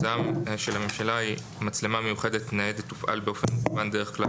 הצעת הממשלה היא: "מצלמה מיוחדת ניידת תופעל באופן המכוון דרך כלל